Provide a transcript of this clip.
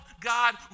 God